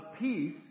peace